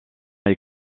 est